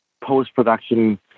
post-production